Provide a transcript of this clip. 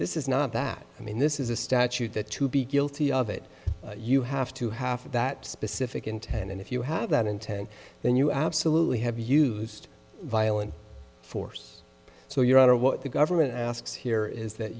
this is not that i mean this is a statute that to be guilty of it you have to have that specific intent and if you have that intent then you absolutely have used violent force so your honor what the government asks here is that